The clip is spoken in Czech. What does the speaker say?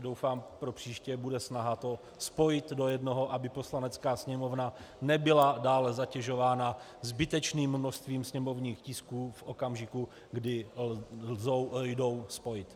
Doufám, že propříště bude snaha spojit do jednoho, aby Poslanecká sněmovna nebyla dále zatěžována zbytečným množstvím sněmovních tisků v okamžiku, kdy jdou spojit.